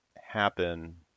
happen